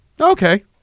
Okay